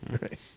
right